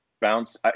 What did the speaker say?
bounce